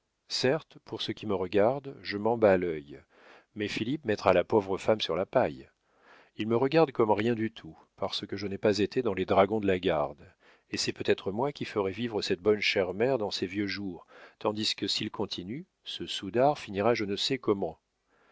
certes pour ce qui me regarde je m'en bats l'œil mais philippe mettra la pauvre femme sur la paille il me regarde comme rien du tout parce que je n'ai pas été dans les dragons de la garde et c'est peut-être moi qui ferai vivre cette bonne chère mère dans ses vieux jours tandis que s'il continue ce soudard finira je ne sais comment